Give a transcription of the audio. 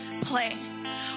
play